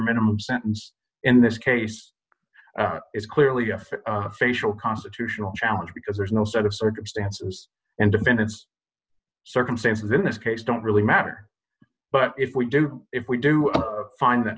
minimum sentence in this case is clearly a facial constitutional challenge because there's no set of circumstances and dependence circumstances in this case don't really matter but if we don't if we do find that